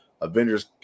avengers